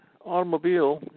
automobile